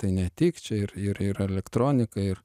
tai ne tik čia ir ir ir elektronika ir